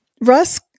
Russ